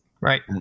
Right